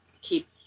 keep